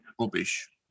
rubbish